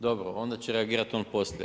Dobro, onda će reagirat on posle.